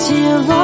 Till